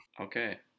Okay